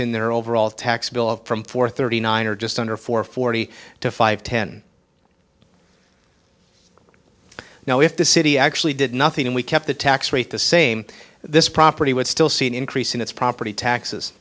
in their overall tax bill of from four thirty nine or just under four forty to five ten now if the city actually did nothing and we kept the tax rate the same this property would still see an increase in its property taxes